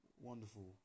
wonderful